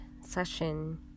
session